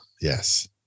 yes